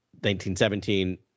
1917